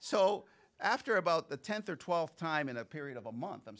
so after about the th or th time in a period of a month i'm